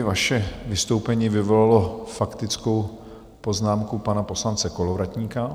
Vaše vystoupení vyvolalo faktickou poznámku pana poslance Kolovratníka.